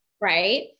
Right